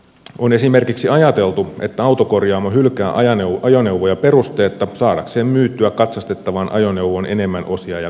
on esimerkiksi ajateltu että autokorjaamo hylkää ajoneuvoja perusteetta saadakseen myytyä katsastettavaan ajoneuvoon enemmän osia ja korjaustyötä